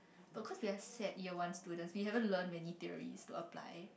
but cause we are sad year one students we haven't learn many theories to apply